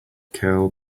kill